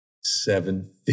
seven